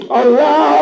allow